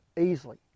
easily